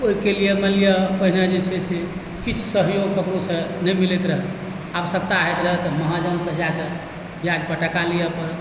तऽ ओइके लिअ मानि लिअ पहिने जे छै से किछु सहयोग ककरोसँ नहि मिलैत रहै आवश्यकता होइत रहै तऽ महाजनसँ जाकऽ ब्याजपर टाका लिअ पड़ै